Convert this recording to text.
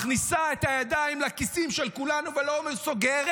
מכניסה את הידיים לכיסים של כולנו ולא סוגרת.